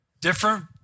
different